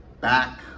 back